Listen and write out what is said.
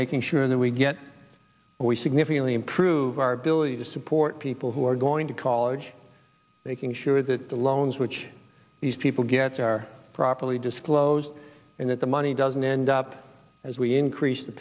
making sure that we get where we significantly improve our ability to support people who are going to college making sure that the loans which these people get are properly disclosed and that the money doesn't end up as we increase the